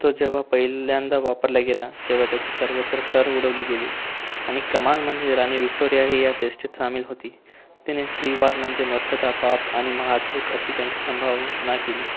तो जेव्हा पहिल्यांदा वापरला गेला तेव्हा त्याची सर्वत्र टर उडवली गेली आणि कमाल म्हणजे राणी व्हिक्टोरियाही या चेष्टेत सामील होती तिने स्त्रीवाद म्हणजे मूर्खता पाप आणि महाचूक अशी त्यांची संभावना केली